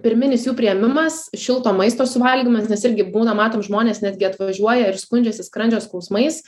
pirminis jų priėmimas šilto maisto suvalgymas nes irgi būna matom žmonės netgi atvažiuoja ir skundžiasi skrandžio skausmais